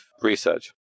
research